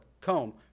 comb